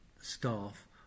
staff